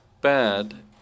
bad